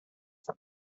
art